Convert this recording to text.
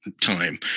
time